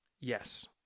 Yes